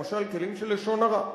למשל כלים של לשון הרע.